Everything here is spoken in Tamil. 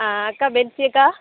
அக்கா பென்ஸி அக்கா